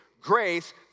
Grace